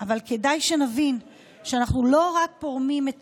אבל כדאי שנבין שאנחנו לא רק פורמים את